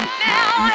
now